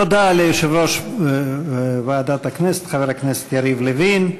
תודה ליושב-ראש ועדת הכנסת חבר הכנסת יריב לוין.